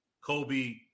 kobe